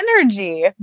energy